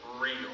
real